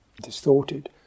distorted